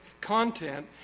content